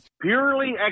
Purely